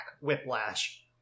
whiplash